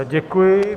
Děkuji.